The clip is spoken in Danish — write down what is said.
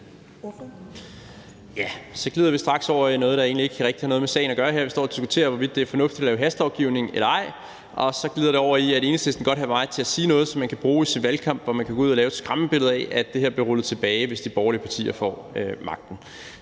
Så glider vi straks over i noget, der egentlig ikke rigtig har noget med sagen at gøre, her. Vi står og diskuterer, hvorvidt det er fornuftigt at lave hastelovgivning eller ej, og så glider det over i, at Enhedslisten godt vil have mig til at sige noget, som man kan bruge i sin valgkamp, så man kan gå ud at lave et skræmmebillede af, at det her bliver rullet tilbage, hvis de borgerlige partier får magten.